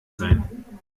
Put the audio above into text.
sein